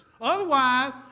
Otherwise